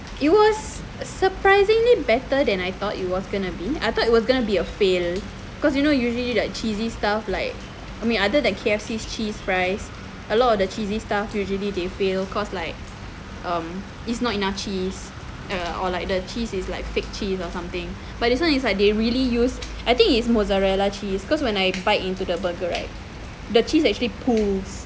it was surprisingly better than I thought it was gonna be I thought it was gonna be a fail because you know usually like cheesy stuff like I mean other than K_F_C cheese fries a lot of the cheesy stuff usually they fail cause like um it's not enough cheese or like the cheese is like fake cheese or something but this [one] is like they really use I think is mozzarella cheese cause when I bite into the burger right the cheese actually pulls